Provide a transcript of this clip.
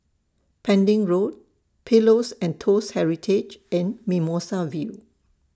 Pending Road Pillows and Toast Heritage and Mimosa View